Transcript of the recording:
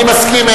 אני מסכים.